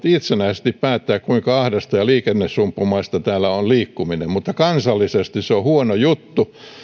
itsenäisesti päättää kuinka ahdasta ja liikennesumppumaista liikkuminen täällä on mutta kansallisesti se on on huono juttu